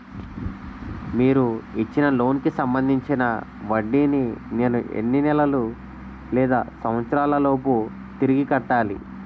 మీరు ఇచ్చిన లోన్ కి సంబందించిన వడ్డీని నేను ఎన్ని నెలలు లేదా సంవత్సరాలలోపు తిరిగి కట్టాలి?